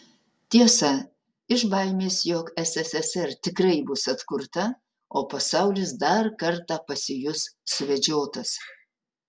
tiesa iš baimės jog sssr tikrai bus atkurta o pasaulis dar kartą pasijus suvedžiotas